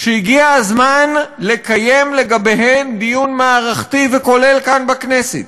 שהגיע הזמן לקיים לגביהן דיון מערכתי וכולל כאן בכנסת.